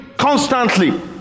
Constantly